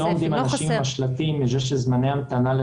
לא עומדים אנשים עם השלטים בגלל שזמני ההמתנה